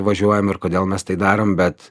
važiuojam ir kodėl mes tai darom bet